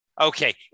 Okay